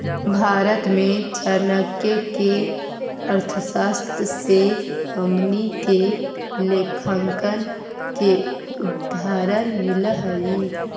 भारत में चाणक्य के अर्थशास्त्र से हमनी के लेखांकन के उदाहरण मिल हइ